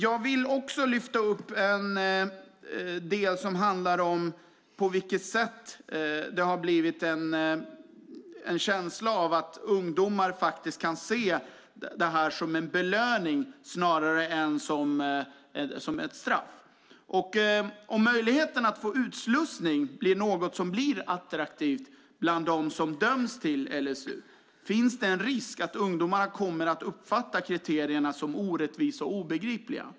Jag vill också lyfta fram den del som handlar om på vilket sätt det har uppstått en känsla av att ungdomar faktiskt kan se det här som en belöning snarare än som ett straff. Om möjligheten till utslussning blir någonting som upplevs som attraktivt bland dem som döms till sluten ungdomsvård finns risken att ungdomarna kommer att uppfatta kriterierna som orättvisa och obegripliga.